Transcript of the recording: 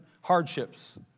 hardships